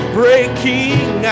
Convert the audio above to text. breaking